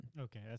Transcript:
Okay